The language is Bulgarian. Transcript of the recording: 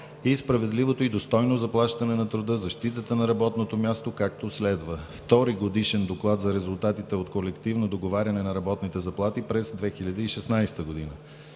и справедливото и достойно заплащане на труда, защитата на работното място, както следва: Втори годишен доклад за резултатите от колективно договаряне на работните заплати през 2016 г.;